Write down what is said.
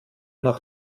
nach